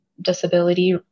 disability